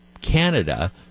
Canada